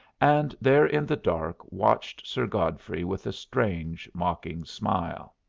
and there in the dark watched sir godfrey with a strange, mocking smile.